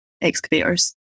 excavators